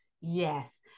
Yes